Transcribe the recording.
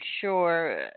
sure